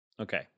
Okay